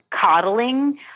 coddling